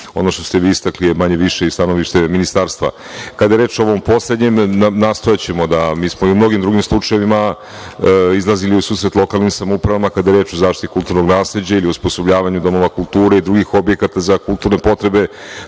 Ono što ste vi istakli je manje, više i stanovište ministarstva. Kada je reč o ovom poslednjem. Mi smo i u mnogim drugim slučajevima izlazili u susret lokalnim samoupravama kada je reč o zaštiti kulturnog nasleđa ili osposobljavanja domova kulture i drugih objekata za kulturne potrebe,